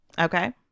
Okay